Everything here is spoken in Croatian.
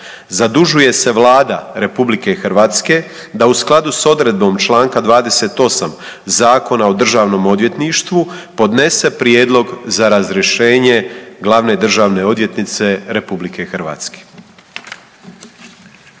„Zadužuje se Vlada Republike Hrvatske da u skladu s Odredbom članka 28. Zakona o Državnom odvjetništvu podnese Prijedlog za razrješenje Glavne državne odvjetnice Republike Hrvatske“.